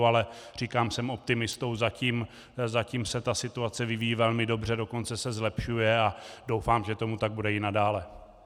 Ale říkám, jsem optimistou, zatím se ta situace vyvíjí velmi dobře, dokonce se zlepšuje a doufám, že tomu tak bude i nadále.